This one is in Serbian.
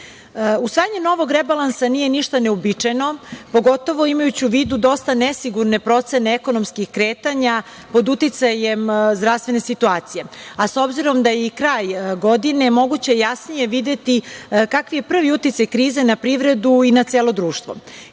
Usvajanje novog rebalansa nije ništa neuobičajeno, pogotovo imajući u vidu dosta nesigurne procene ekonomskih kretanja pod uticajem zdravstvene situacije, a s obzirom da je i kraj godine, moguće je jasnije videti kakvi je prvi uticaj krize na privredu kao i na celo društvo. Kada